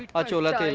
but your love